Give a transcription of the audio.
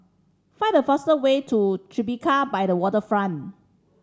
find the fastest way to Tribeca by the Waterfront